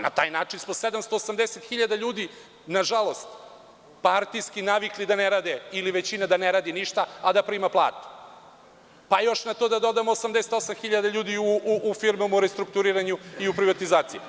Na taj način smo 780.000 ljudi, nažalost, partijski navikli da ne rade ili većina da ne radi ništa, a da prima platu, pa još na to da dodamo 88.000 ljudi u firmama u restrukturiranju i u privatizaciji.